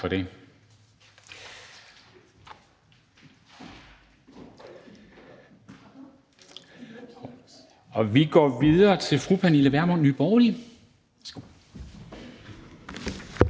Vi går videre til fru Pernille Vermund, Nye Borgerlige.